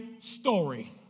story